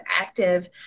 active